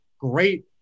great